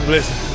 Listen